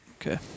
Okay